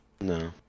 No